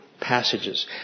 passages